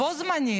בו-בזמן,